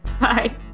Bye